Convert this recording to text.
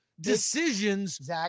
decisions